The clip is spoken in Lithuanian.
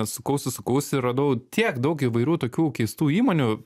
sukausi sukausi ir radau tiek daug įvairių tokių keistų įmonių